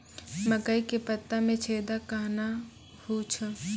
मकई के पत्ता मे छेदा कहना हु छ?